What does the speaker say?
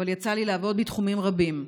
אבל יצא לי לעבוד בתחומים רבים: